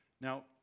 Now